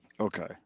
Okay